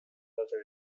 also